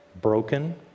broken